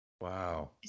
Wow